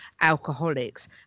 alcoholics